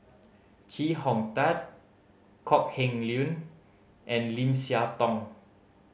Chee Hong Tat Kok Heng Leun and Lim Siah Tong